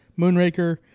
Moonraker